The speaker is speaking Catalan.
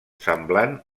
semblant